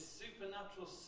supernatural